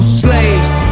slaves